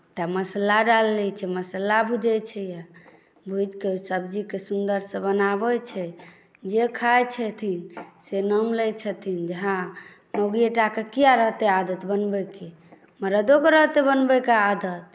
तऽ मसाला डालैत छै मसाला भूजैत छै यए भुजि कऽ सब्जीकेँ सुन्दरसँ बनाबैत छै जे खाइत छथिन से नाम लैत छथिन जे हँ मौगिओ टाके किया रहतै आदत बनबयके मरदोके रहतै बनबयके आदत